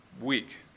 week